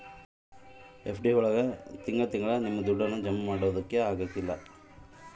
FD ಒಳಗ ತಿಂಗಳ ತಿಂಗಳಾ ನಾವು ನಮ್ ದುಡ್ಡನ್ನ ಜಮ ಮಾಡ್ಬೋದು